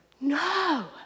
No